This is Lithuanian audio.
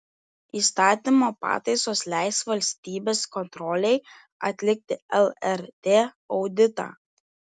įstatymo pataisos leis valstybės kontrolei atlikti lrt auditą